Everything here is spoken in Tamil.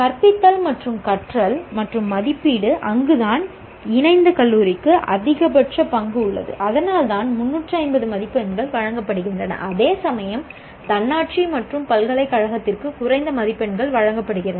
கற்பித்தல் கற்றல் மற்றும் மதிப்பீடு அங்குதான் இணைந்த கல்லூரிக்கு அதிகபட்ச பங்கு உள்ளது அதனால்தான் 350 மதிப்பெண்கள் வழங்கப்படுகின்றன அதேசமயம் தன்னாட்சி மற்றும் பல்கலைக்கழகத்திற்கு குறைந்த மதிப்பெண்கள் வழங்கப்படுகின்றன